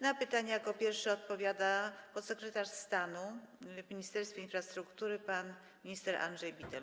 Na pytania jako pierwszy odpowiada podsekretarz stanu w Ministerstwie Infrastruktury pan minister Andrzej Bittel.